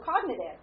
cognitive